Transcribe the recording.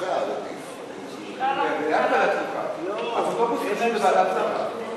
לוועדה שתקבע ועדת הכנסת נתקבלה.